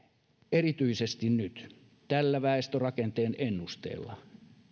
erityisesti nyt tällä väestörakenteen ennusteella